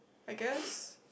I guess